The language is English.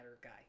guy